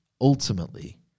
ultimately